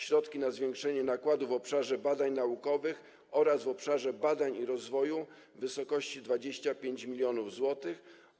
Środki na zwiększenie nakładów w obszarze badań naukowych oraz w obszarze badań i rozwoju wynoszą 25 mln zł.